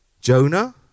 Jonah